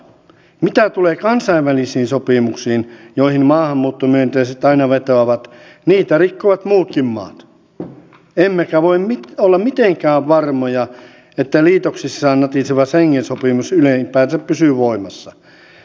mitä tulee kansainvälisiin sopimuksiin joihin maahanmuuttomyönteiset aina vetoavat niitä rikkovat muutkin maat emmekä voi olla mitenkään varmoja että liitoksissaan natiseva schengen sopimus ylipäätänsä pysyy voimassa